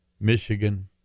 Michigan